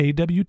AWT